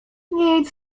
nic